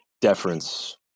deference